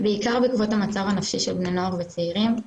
בעיקר בעקבות המצב הנפשי של בני נוער וצעירים.